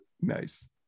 Nice